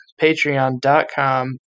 patreon.com